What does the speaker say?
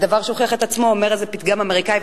על דבר שהוכיח את עצמו אומר איזה פתגם אמריקני,